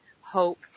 hope